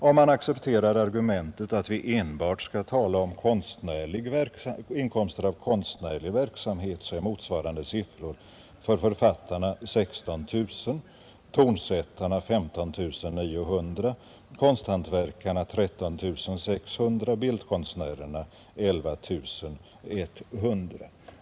Om man accepterar argumentet att vi enbart skall tala om inkomster av konstnärlig verksamhet så är motsvarande siffror för författarna 16 000, tonsättarna 15 900, för konsthantverkarna 13 600 och för bildkonstnärerna 11 100.